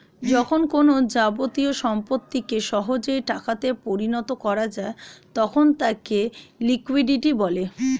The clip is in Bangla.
যখন কোনো যাবতীয় সম্পত্তিকে সহজেই টাকা তে পরিণত করা যায় তখন তাকে লিকুইডিটি বলে